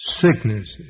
sicknesses